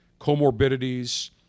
comorbidities